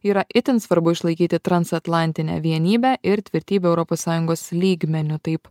yra itin svarbu išlaikyti transatlantinę vienybę ir tvirtybę europos sąjungos lygmeniu taip